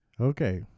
Okay